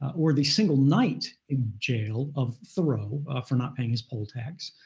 or the single night in jail of thoreau for not paying his poll tax,